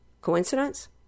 Coincidence